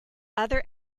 other